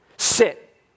sit